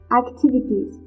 activities